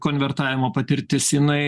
konvertavimo patirtis jinai